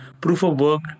proof-of-work